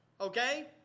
Okay